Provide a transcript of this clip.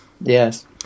Yes